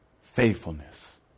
faithfulness